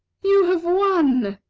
you have won,